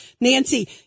Nancy